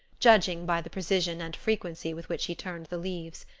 judging by the precision and frequency with which he turned the leaves.